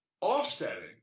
offsetting